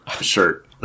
shirt